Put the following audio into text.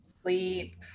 sleep